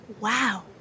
wow